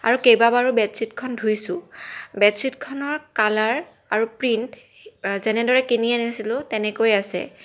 আৰু কেইবাবাৰো বেডশ্বীটখন ধুইছোঁ বেডশ্বীটখনৰ কালাৰ আৰু প্ৰিণ্ট যেনেদৰে কিনি আনিছিলো তেনেকৈয়ে আছে